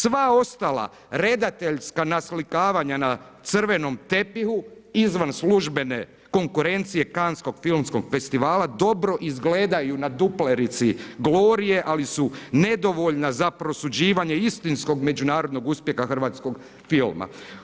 Sva ostala redateljska naslikavanje na crvenom tepihu izvan službene konkurencije kanskog filmskog festivala dobro izgledaju na duplerici Glorije, ali su nedovoljna za prosuđivanje istinskog međunarodnog uspjeha hrvatskog filma.